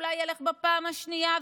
אולי ילך בפעם השנייה,